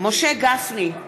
משה גפני,